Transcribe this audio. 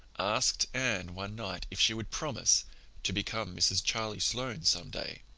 asked anne one night if she would promise to become mrs. charlie sloane some day.